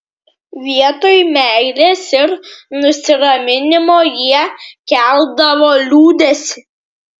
vietoj meilės ir nusiraminimo jie keldavo liūdesį